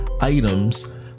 items